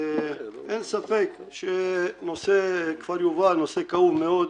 אין ספק שנושא כפר יובל הוא נושא כאוב מאוד,